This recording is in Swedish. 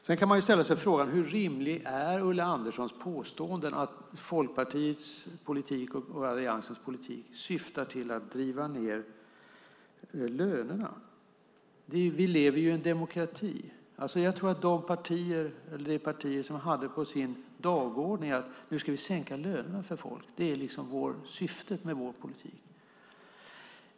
Man kan ställa sig frågan hur rimliga Ulla Anderssons påståenden är när hon säger att Folkpartiets och Alliansens politik syftar till att driva ned lönerna. Vi lever i en demokrati. Finns det ett parti som skulle ha som dagordning att sänka lönerna för folk?